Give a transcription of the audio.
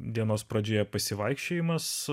dienos pradžioje pasivaikščiojimas